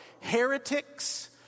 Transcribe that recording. heretics